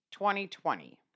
2020